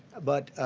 but